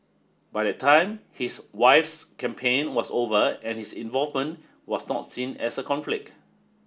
by that time his wife's campaign was over and his involvement was not seen as a conflict